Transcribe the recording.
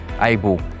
able